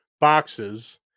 boxes